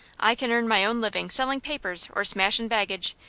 i can earn my own livin' sellin' papers, or smashin' baggage,